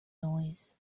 noise